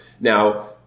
Now